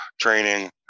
training